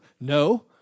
No